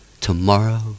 Tomorrow